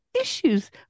issues